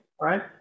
right